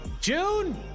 June